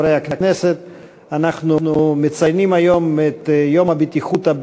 נעבור להצעות לסדר-היום בנושא: ציון יום הבטיחות,